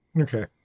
okay